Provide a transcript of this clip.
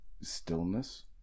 stillness